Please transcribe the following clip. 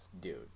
Dude